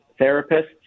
therapists